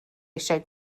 eisiau